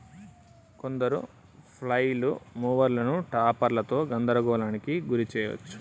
కొందరు ఫ్లైల్ మూవర్లను టాపర్లతో గందరగోళానికి గురి చేయచ్చు